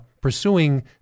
pursuing